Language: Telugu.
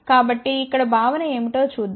కాబట్టి ఇక్కడ భావన ఏమిటో చూద్దాం